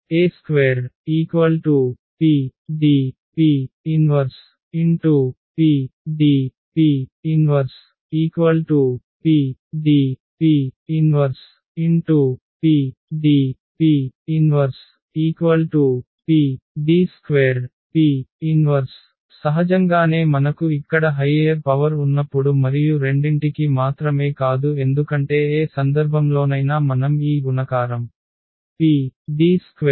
A2PDP 1PDP 1 PDP 1PDP 1 PD2P 1 సహజంగానే మనకు ఇక్కడ హైయ్యర్ పవర్ ఉన్నప్పుడు మరియు రెండింటికి మాత్రమే కాదు ఎందుకంటే ఏ సందర్భంలోనైనా మనం ఈ గుణకారం PD2P 1 చేయగలము